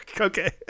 Okay